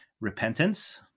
repentance